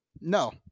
No